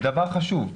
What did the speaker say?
זה דבר חשוב,